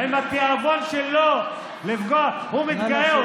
עם התיאבון שלו לפגוע, הוא מתגאה.